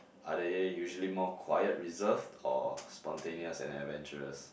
are they usually more quiet reserved or spontaneous and adventurous